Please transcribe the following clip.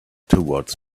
towards